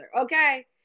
Okay